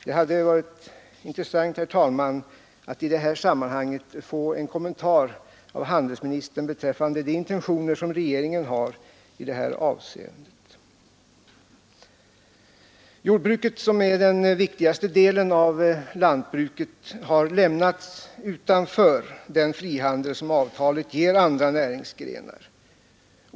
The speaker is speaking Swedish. Det hade varit av intresse, herr talman, att i det här sammanhanget få en kommentar av handelsministern beträffande de intentioner regeringen har i detta avseende. Jordbruket, som är den viktigaste delen av lantbruket, har lämnats utanför den frihandel som avtalet ger andra näringsgrenar.